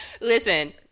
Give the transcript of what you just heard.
Listen